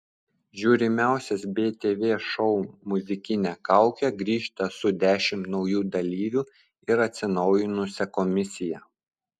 žiūrimiausias btv šou muzikinė kaukė grįžta su dešimt naujų dalyvių ir atsinaujinusia komisija